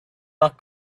not